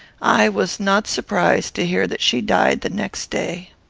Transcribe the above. i was not surprised to hear that she died the next day.